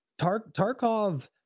Tarkov